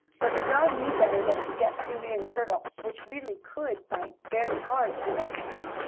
but the dog knew better than to get too near the turtle, which really could bite very hard if he wanted to.